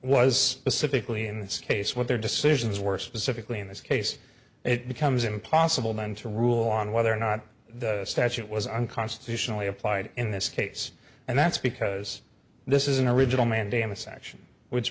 this case what their decisions were specifically in this case it becomes impossible then to rule on whether or not the statute was unconstitutionally applied in this case and that's because this is an original mandamus action which